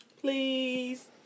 Please